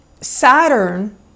Saturn